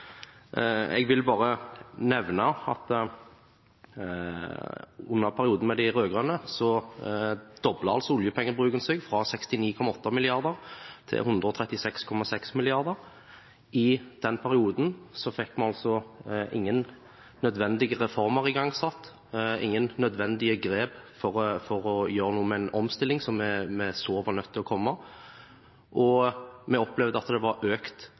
Jeg vil bare nevne at i perioden med de rød-grønne doblet oljepengebruken seg fra 69,8 mrd. kr til 136,6 mrd. kr. I den perioden fikk vi ingen nødvendige reformer igangsatt, ingen nødvendige grep for å gjøre noe for en omstilling som vi så var nødt til å komme. Vi opplevde at det var et økt